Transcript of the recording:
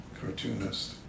cartoonist